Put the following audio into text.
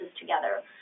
together